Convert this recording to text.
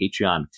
Patreon